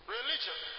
Religion